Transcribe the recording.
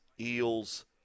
Eels